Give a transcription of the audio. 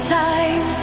time